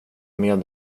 med